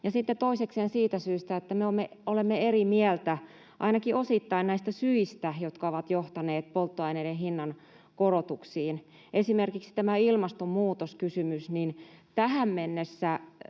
toisekseen siitä syystä, että me olemme ainakin osittain eri mieltä näistä syistä, jotka ovat johtaneet polttoaineiden hinnan korotuksiin. Esimerkiksi tämä ilmastonmuutoskysymys: tähän mennessä